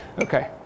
Okay